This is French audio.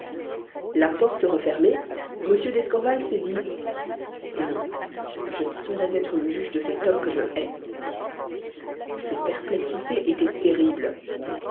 la porte refermée m d'escorval s'est dit non je ne saurais être le juge de cet homme que je hais ses perplexités étaient terribles